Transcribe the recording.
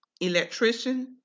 electrician